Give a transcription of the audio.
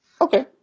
Okay